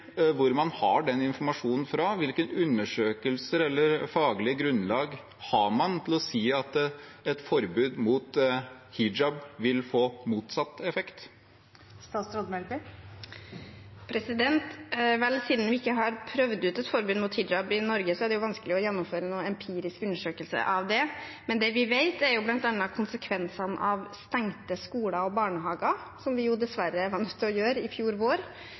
hvor man har den informasjonen ifra. Hvilke undersøkelser eller faglige grunnlag har man for å si at et forbud mot hijab vil få motsatt effekt? Siden vi ikke har prøvd ut et forbud mot hijab i Norge, er det jo vanskelig å gjennomføre noen empirisk undersøkelse av det. Men det vi kjenner, er bl.a. konsekvensene av å stenge skoler og barnehager, noe vi dessverre var nødt til å gjøre i fjor vår.